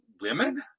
women